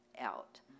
out